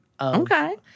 Okay